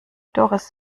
doris